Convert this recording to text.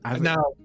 now